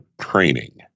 training